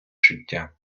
життя